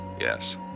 yes